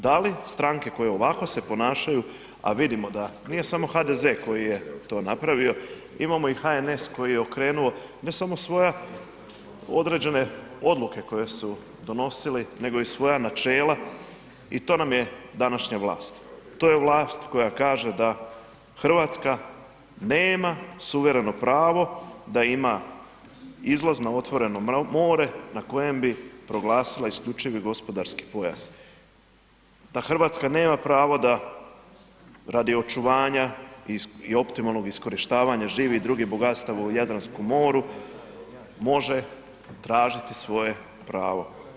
Da li stranke koje ovako se ponašaju a vidimo da nije samo HDZ koji je to napravio imamo i HNS koji je okrenuo ne samo svoje određene odluke koje su donosili nego i svoja načela i to nam je današnja vlast, to je vlast koja kaže da Hrvatska nema suvereno pravo da ima izlaz na otvoreno more na kojem bi proglasila isključivi gospodarski pojas, da Hrvatska nema pravo da radi očuvanja i optimalnog iskorištavanja živih i drugih bogatstava u Jadranskom moru može tražiti svoje pravo.